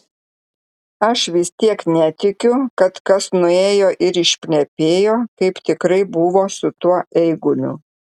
aš vis tiek netikiu kad kas nuėjo ir išplepėjo kaip tikrai buvo su tuo eiguliu